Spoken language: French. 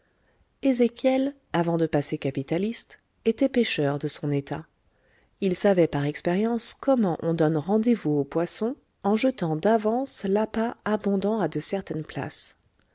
ezéchiel avant de passer capitaliste était pêcheur de son état il savait par expérience comment on donne rendez-vous au poisson en jetant d'avance l'appât abondant à de certaines places